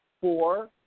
four